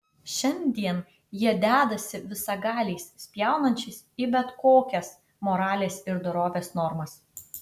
šiandien jie dedąsi visagaliais spjaunančiais į bet kokias moralės ir dorovės normas